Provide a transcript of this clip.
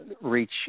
reach